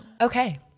Okay